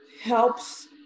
helps